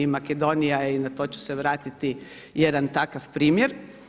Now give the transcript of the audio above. Makedonija je i na to ću se vratiti jedan takav primjer.